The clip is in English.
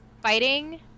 fighting